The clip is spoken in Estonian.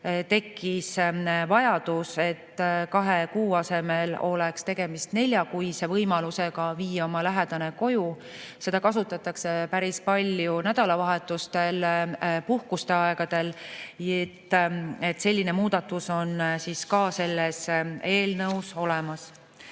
tekkis vajadus, et kahe kuu asemel oleks tegemist neljakuise võimalusega viia oma lähedane koju. Seda kasutatakse päris palju nädalavahetustel ja puhkuste ajal. Selline muudatus on ka selles eelnõus olemas.